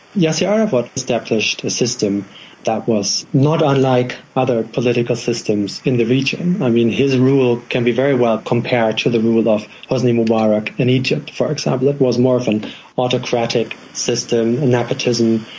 yasser arafat established a system that was not unlike other political systems in the region. i mean, his rule can be very well compared to the rule of hosni mubarak in egypt, for example. it was more of an autocratic system nepotism,